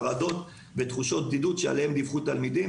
חרדות ותחושות בדידות שעליהן דיווחו תלמידים,